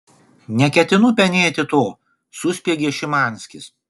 neketinu penėti to suspiegė šimanskis